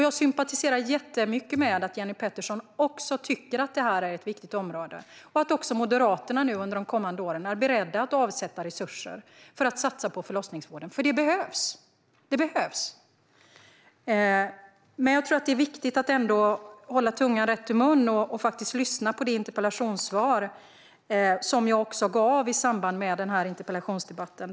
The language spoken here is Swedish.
Jag sympatiserar jättemycket med att också Jenny Petersson tycker att detta är ett viktigt område och att även Moderaterna under de kommande åren är beredda att avsätta resurser för att satsa på förlossningsvården, för det behövs. Jag tror att det är viktigt att ändå hålla tungan rätt i mun och faktiskt lyssna på det svar som jag gav i början av interpellationsdebatten.